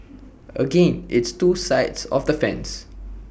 again it's two sides of the fence